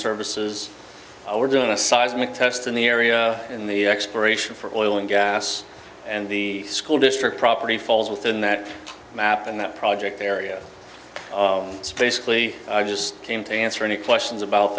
services were doing a seismic test in the area in the exploration for oil and gas and the school district property falls within that map and that project area space clea i just came to answer any questions about